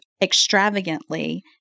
extravagantly